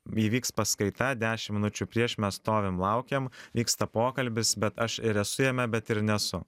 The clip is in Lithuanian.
įvyks paskaita dešim minučių prieš mes stovim laukiam vyksta pokalbis bet aš ir esu jame bet ir nesu